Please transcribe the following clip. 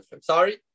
Sorry